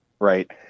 right